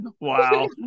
Wow